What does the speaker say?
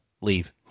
leave